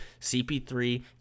CP3